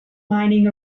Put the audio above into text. mining